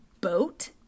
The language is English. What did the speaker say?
boat